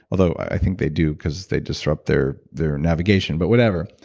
although i think they do because they disrupt their their navigation, but whatever.